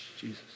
Jesus